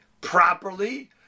properly